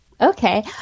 Okay